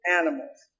animals